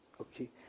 Okay